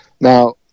Now